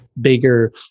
bigger